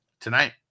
Tonight